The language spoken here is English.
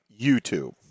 youtube